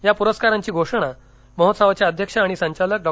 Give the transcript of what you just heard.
या प्रस्काराची घोषण महोत्सवखि अध्यक्ष आणि संचत्रिक डॉ